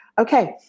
okay